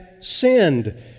sinned